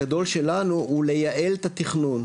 שלנו הוא לייעל את התכנון,